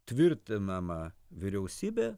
tvirtinama vyriausybė